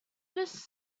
does